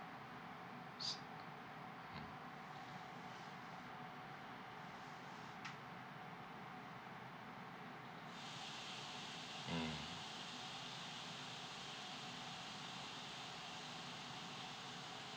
s~ mm mm